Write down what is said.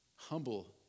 Humble